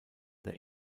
their